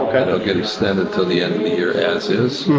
kind of get extended to the end of the year as-is.